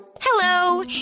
Hello